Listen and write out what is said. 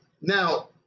now